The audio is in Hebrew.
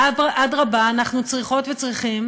אדרבה, אנחנו צריכות וצריכים